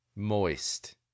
moist